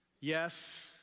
yes